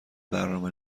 برنامه